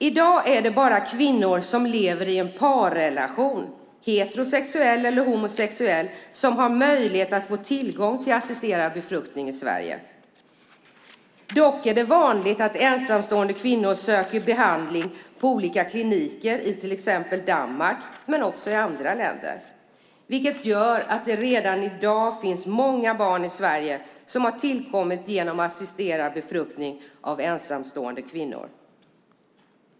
I dag är det bara kvinnor som lever i en parrelation, heterosexuell eller homosexuell, som har möjlighet att få tillgång till assisterad befruktning i Sverige. Dock är det vanligt att ensamstående kvinnor söker behandling på olika kliniker i till exempel Danmark men även i andra länder, vilket gör att det redan i dag finns många barn i Sverige som har tillkommit genom assisterad befruktning av ensamstående kvinnor.